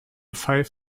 five